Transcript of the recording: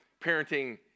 parenting